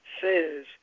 says